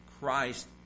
Christ